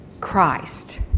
Christ